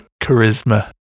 charisma